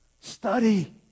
study